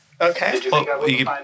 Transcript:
Okay